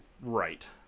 Right